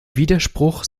widerspruch